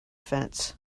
fence